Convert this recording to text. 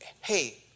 Hey